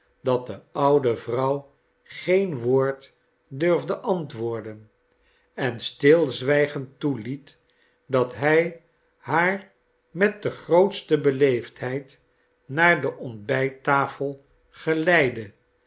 dat de oude vrouw geen woord durfde antwoorden en stilzwijgend toeliet dat hij haar met de grootste beleefdheid naar de ontbijttafel geleidde